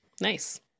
Nice